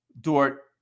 Dort